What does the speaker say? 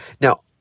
Now